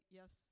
yes